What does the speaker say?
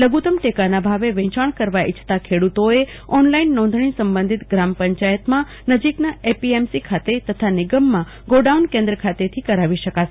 લઘુતમ ટેકાના ભાવે વેચાણ કરવા ઈચ્છતા ખેડૂતોએ ઓનલાઈન નોંધણી સંબધિત ગ્રામ પંચાયતમાં નજીકના એપીએમસી ખાતે તથા નિગમમાં ગોડાઉન કેન્દ્ર ખાતેથી કરાવી શકાશે